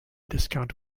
discount